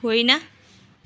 होइन